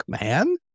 man